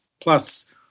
plus